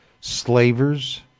slavers